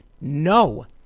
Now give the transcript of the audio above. no